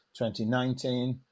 2019